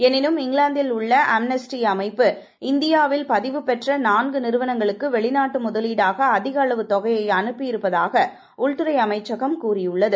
எனினும் இங்கிலாந்தில் உள்ள அம்னஸ்டி அமைப்பு இந்தியாவில் பதிவு பெற்ற நான்கு நிறுவனங்களுக்கு வெளிநாட்டு முதலீடாக அதிக அளவு தொகையய அனுப்பியிருப்பதாக உள்துறை அமைச்சகம் கூறியுள்ளது